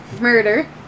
Murder